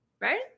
Right